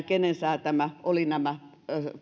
kenen säätämät olivat nämä